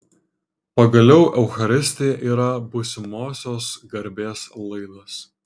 pagaliau eucharistija yra būsimosios garbės laidas